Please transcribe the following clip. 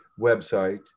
website